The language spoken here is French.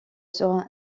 sera